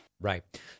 Right